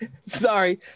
sorry